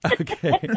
Okay